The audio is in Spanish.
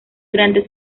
durante